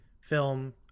film